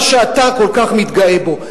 מה שאתה כל כך מתגאה בו.